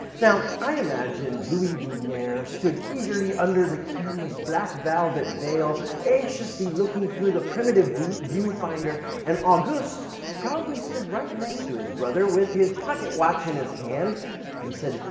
now, i imagine louis lumiere stood eagerly under the camera's black velvet veil anxiously looking through the primitive view finder, and august probably stood right next to his brother with his pocket watch in his hand. and he said,